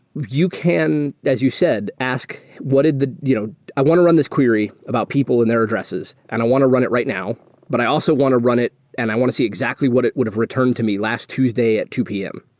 you can, as you said, ask what you know i want to run this query about people and their addresses and i want to run it right now, but i also want to run it and i want to see exactly what it would've returned to me last tuesday at two pm.